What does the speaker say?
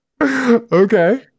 okay